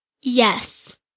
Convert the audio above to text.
Yes